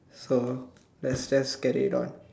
so let's just carry on